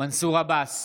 מנסור עבאס,